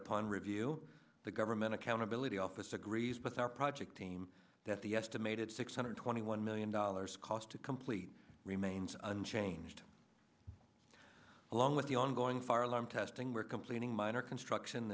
upon review the government accountability office agrees with our project team that the estimated six hundred twenty one million dollars cost to complete remains unchanged along with the ongoing fire alarm testing where completing minor construction